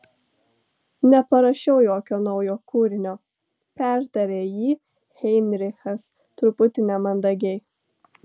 neparašiau jokio naujo kūrinio pertarė jį heinrichas truputį nemandagiai